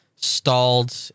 Stalled